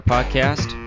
Podcast